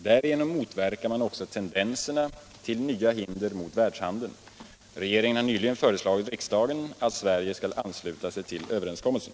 Därigenom motverkar man också tendenserna till nya hinder mot världshandeln. Regeringen har nyligen föreslagit riksdagen att Sverige skall ansluta sig till överenskommelsen.